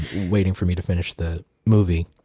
waiting for me to finish the movie.